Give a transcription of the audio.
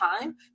time